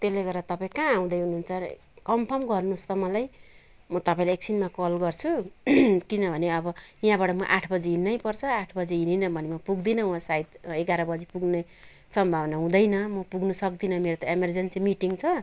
त्यसले गर्दा तपाईँ कहाँ आउँदै हुनुहुन्छ र कन्फर्म गर्नुहोस् त मलाई म तपाईँलाई एकछिनमा कल गर्छु किनभने अब यहाँबाट म आठ बजी हिँड्नै पर्छ आठ बजी हिँडिनँ भने म पुग्दिनँ वहाँ सायद म एघार बजी पुग्ने सम्भावना हुँदैन म पुग्नु सक्दिनँ मेरो त एमेर्जेन्सी मिटिङ छ